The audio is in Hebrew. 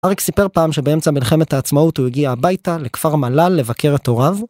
אריק סיפר פעם שבאמצע מלחמת העצמאות הוא הגיע הביתה לכפר מלל לבקר את הוריו.